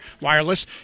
wireless